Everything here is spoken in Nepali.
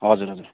हजुर हजुर